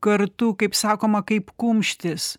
kartu kaip sakoma kaip kumštis